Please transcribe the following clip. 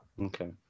Okay